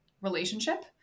relationship